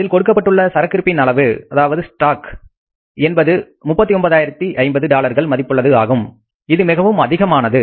அதில் கொடுக்கப்பட்டுள்ள சரக்கு இருப்பின் அளவு என்பது 39050 டாலர்கள் மதிப்புள்ளது ஆகும் இது மிகவும் அதிகமானது